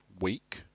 week